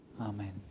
Amen